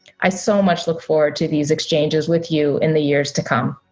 i so much look forward to these exchanges with you in the years to come.